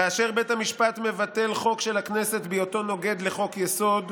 כאשר בית המשפט מבטל חוק של הכנסת בהיותו נוגד לחוק-יסוד,